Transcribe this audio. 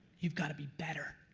you've got to be better.